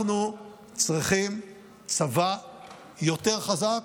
אנחנו צריכים צבא יותר חזק,